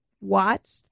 watched